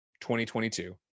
2022